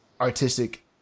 artistic